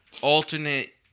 alternate –